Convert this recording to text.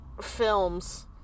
films